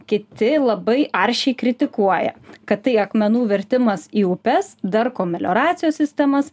kiti labai aršiai kritikuoja kad tai akmenų vertimas į upes darko melioracijos sistemas